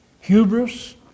hubris